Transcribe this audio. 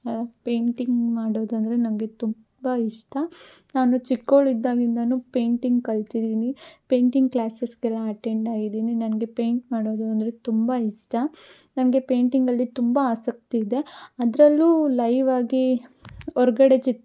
painting ಮಾಡೋದೆಂದ್ರೆ ನನಗೆ ತುಂಬ ಇಷ್ಟ ನಾನು ಚಿಕ್ಕವ್ಳಿದ್ದಾಗಿಂದಲೂ ಪೇಂಟಿಂಗ್ ಕಲ್ತಿದ್ದೀನಿ ಪೇಂಟಿಂಗ್ ಕ್ಲಾಸಸ್ಗೆಲ್ಲ ಅಟೆಂಡ್ ಆಗಿದ್ದೀನಿ ನನಗೆ ಪೇಂಟ್ ಮಾಡೋದು ಅಂದರೆ ತುಂಬ ಇಷ್ಟ ನನಗೆ ಪೇಂಟಿಂಗಲ್ಲಿ ತುಂಬ ಆಸಕ್ತಿ ಇದೆ ಅದರಲ್ಲೂ ಲೈವ್ ಆಗಿ ಹೊರಗಡೆ ಚಿತ್